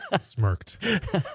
smirked